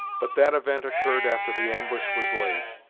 but that event occurred after the ambush was laid,